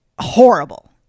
horrible